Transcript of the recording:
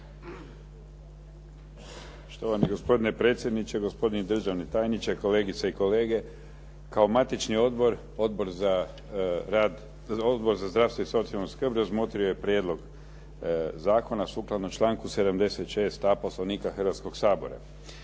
Štovani gospodine predsjedniče, gospodine državni tajniče, kolegice i kolege. Kao matični odbor, Odbor za zdravstvo i socijalnu skrb razmotrio je prijedlog zakona sukladno članku 76a. Poslovnika Hrvatskog sabora.